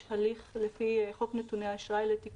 יש הליך לתיקון המידע לפי חוק נתוני אשראי.